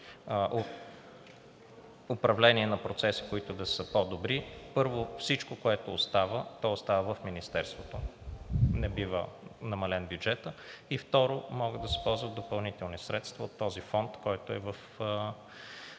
управление на процеси, които да са по-добри, първо, всичко, което остава, то остава в министерството, не бива намален бюджетът. И второ, могат да се ползват допълнителни средства от този фонд, който е в